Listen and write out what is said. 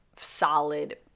solid